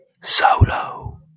solo